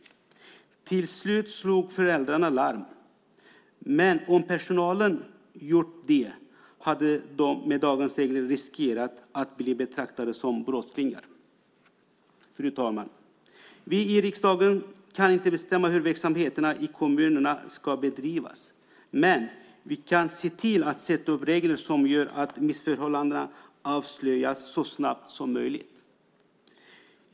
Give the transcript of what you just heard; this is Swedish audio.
Till slut slog föräldrarna larm. Men om personalen hade gjort det hade de med dagens regler riskerat att bli betraktade som brottslingar. Fru talman! Vi i riksdagen kan inte bestämma hur verksamheterna i kommunerna ska bedrivas. Men vi kan se till att sätta upp regler som gör att missförhållandena avslöjas så snabbt som möjligt.